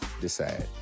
decide